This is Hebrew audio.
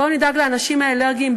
בואו נדאג לאנשים האלרגיים,